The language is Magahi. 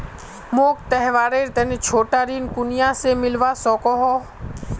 मोक त्योहारेर तने छोटा ऋण कुनियाँ से मिलवा सको हो?